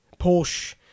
porsche